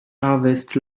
harvest